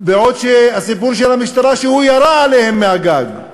בעוד הסיפור של המשטרה שהוא ירה עליהם מהגג.